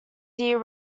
year